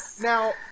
Now